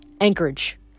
Anchorage